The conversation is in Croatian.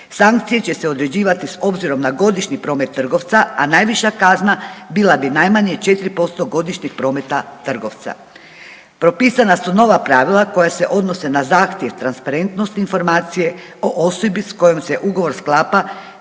Sankcije će se određivati s obzirom na godišnji promet trgovca, a najviša kazna bila bi najmanje 4% godišnjeg prometa trgovca. Propisana su nova pravila koja se odnose na zahtjev transparentnosti informacije o osobi s kojom se ugovor sklapa,